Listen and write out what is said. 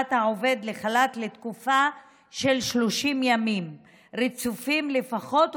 העובד לחל"ת לתקופה של 30 ימים רצופים לפחות,